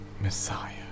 Messiah